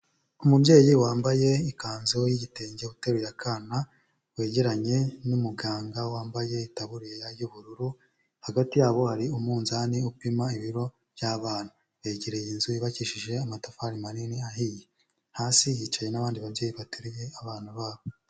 Umubyeyi wambaye ikanzu y'igitenge uteruye akana, wegeranye n'umuganga wambaye itaburiya y'ubururu, hagati yabo hari umunzani upima ibiro by'abana. Begereye inzu yubakishije amatafari manini ahiye, hasi hicaye n'abandi babyeyi bateruye abana babo.